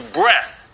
breath